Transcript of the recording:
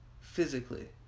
physically